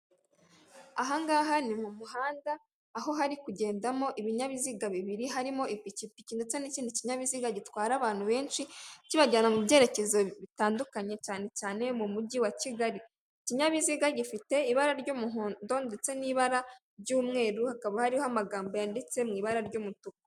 Ahangaha ni mu muhanda aho hari kugendamo ibinyabiziga bibiri harimo ipikipiki ndetse n'ikindi kinyabiziga gitwara abantu benshi kibajyana mu byerekezo bitandukanye cyane cyane, mu mujyi wa kigali ikinyabiziga gifite ibara ry'umuhondo ndetse n'ibara ry'umweru hakaba hariho amagambo yanditse mwibara ry'umutuku.